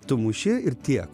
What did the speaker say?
tu muši ir tiek